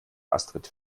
astrid